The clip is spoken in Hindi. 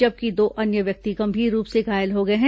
जबकि दो अन्य व्यक्ति गंभीर रूप से घायल हो गए हैं